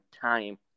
time